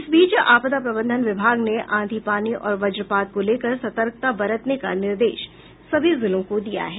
इस बीच आपदा प्रंबधन विभाग ने आंधी पानी और वज्रपात को लेकर सतर्कता बरतने का निर्देश सभी जिलों को दिया है